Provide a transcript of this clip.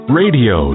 radio